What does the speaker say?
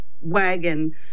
wagon